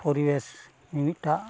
ᱯᱚᱨᱤᱵᱮᱥ ᱢᱤᱢᱤᱫᱴᱟᱝ